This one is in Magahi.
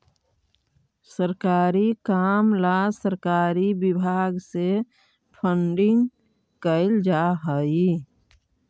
सरकारी काम ला सरकारी विभाग से फंडिंग कैल जा हई